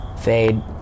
fade